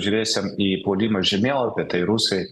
žiūrėsim į puolimo žemėlapį tai rusai